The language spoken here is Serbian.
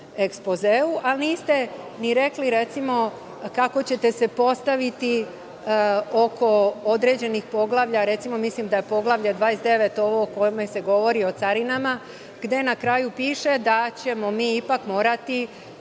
a niste rekli ni, recimo, kako ćete se postaviti oko određenih poglavlja, recimo, mislim da je Poglavlje 29 ovo o kome se govori o carinama, gde na kraju piše da ćemo mi ipak morati